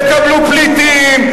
תקבלו פליטים,